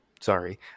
sorry